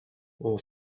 all